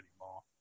anymore